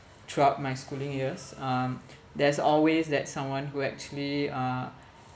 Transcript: throughout my schooling years um there's always that someone who actually uh